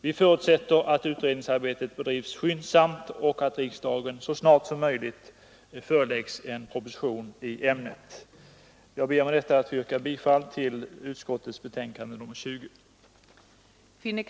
Vi förutsätter att utredningsarbetet bedrivs skyndsamt och att riksdagen så snart som möjligt föreläggs en proposition i ämnet. Jag ber med detta att få yrka bifall till utskottets hemställan. Överläggningen var härmed slutad.